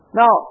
now